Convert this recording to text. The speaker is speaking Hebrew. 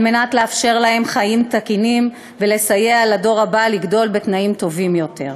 על מנת לאפשר להן חיים תקינים ולסייע לדור הבא לגדול בתנאים טובים יותר.